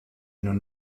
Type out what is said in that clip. n’en